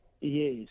Yes